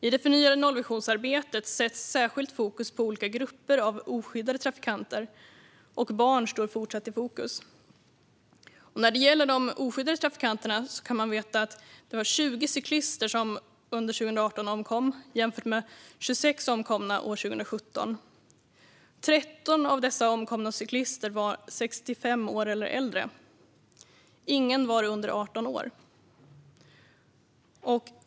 I det förnyade nollvisionsarbetet sätts särskild fokus på olika grupper av oskyddade trafikanter, och barn står fortsatt i fokus. När det gäller de oskyddade trafikanterna var det 20 cyklister som omkom under 2018 jämfört med 26 omkomna under 2017. Av dessa omkomna cyklister var 13 i åldern 65 år eller äldre, och ingen var under 18 år.